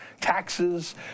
taxes